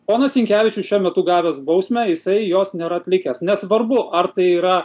ponas sinkevičius šiuo metu gavęs bausmę jisai jos nėra atlikęs nesvarbu ar tai yra